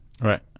Right